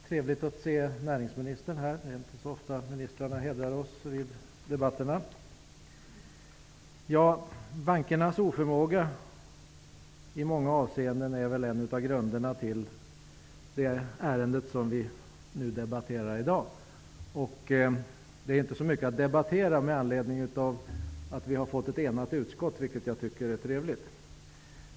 Fru talman! Det är trevligt att se näringsministern här i kammaren. Det är inte så ofta ministrarna hedrar oss med sin närvaro i debatterna. Bankernas oförmåga i många avseenden är en av grunderna till det ärende som debatteras i dag. Det är inte så mycket att debattera. Utskottet är enigt, vilket jag tycker är trevligt.